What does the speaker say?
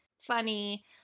funny